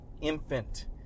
infant